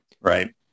Right